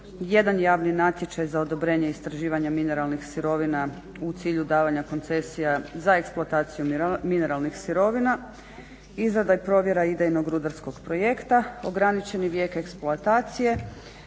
Jedan javni natječaj za odobrenje istraživanja mineralnih sirovina u cilju davanja koncesija za eksploataciju mineralnih sirovina, izrada i provjera idejnog rudarskog projekta, ograničeni vijek eksploatacije,